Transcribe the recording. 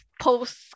post